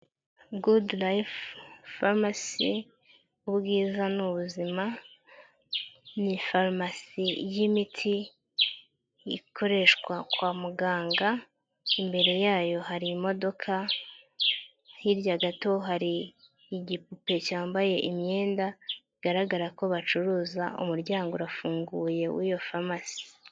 Goodlife pharmacy ubwiza n'ubuzima, ni pharmacy y'imiti ikoreshwa kwa muganga, imbere yayo hari imodoka, hirya gato har’igipupe cyambaye imyenda, bigaragara ko bacuruza. Umuryango urafunguye w'iyo pharmacy.